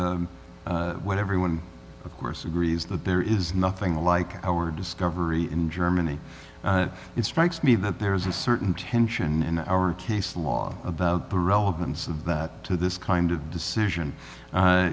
ago when everyone of course agrees that there is nothing like our discovery in germany it strikes me that there is a certain tension in our case law about the relevance of that to this kind of decision